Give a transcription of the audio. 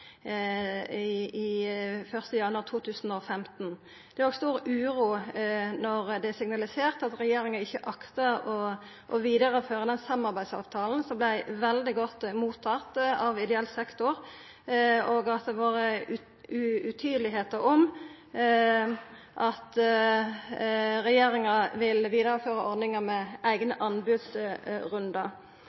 i ideell sektor over regjeringas manglande signal om barnevernet. Dei ideelle organisasjonane er jo ein viktig premissleverandør, og avtalane ein har med institusjonane, går ut 1. januar 2015. Det er òg stor uro når det er signalisert at regjeringa ikkje aktar å vidareføra den samarbeidsavtalen som vart veldig godt mottatt av ideell sektor, og at det har vore